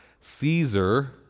caesar